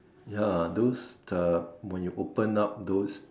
ya those the when you open up those